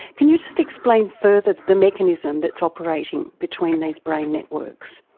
can you just explain further the mechanism that is operating between these brain networks?